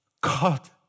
God